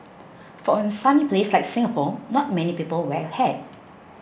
for a sunny place like Singapore not many people wear a hat